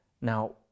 Now